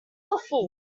powerful